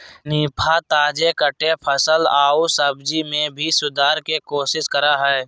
निफा, ताजे कटे फल आऊ सब्जी में भी सुधार के कोशिश करा हइ